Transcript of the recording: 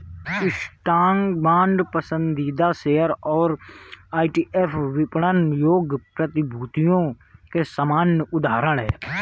stock, bond, पसंदीदा share और ETF विपणन योग्य प्रतिभूतियों के सामान्य उदाहरण हैं